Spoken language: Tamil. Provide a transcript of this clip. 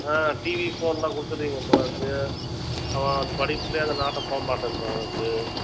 ஆ டிவி ஃபோன்லாம் கொடுத்துட்றீங்க போல் இருக்குது அவன் அந்த படிப்புலேயே அந்த நாட்டம் போக மாட்டேன்து அவனுக்கு